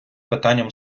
питанням